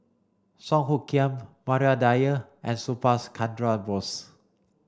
Song Hoot Kiam Maria Dyer and Subhas Chandra Bose